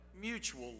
mutual